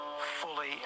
fully